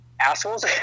assholes